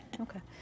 Okay